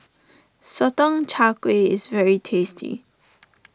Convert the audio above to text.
Sotong Char Kway is very tasty